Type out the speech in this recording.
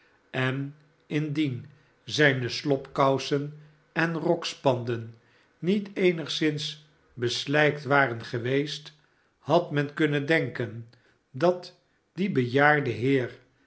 en indien zijne slopkousen en rokspanden niet eenigszins beslijkt waren geweest had men kunnen denken dat die bejaarde heer